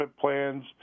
plans